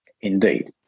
Indeed